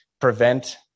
prevent